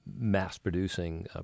mass-producing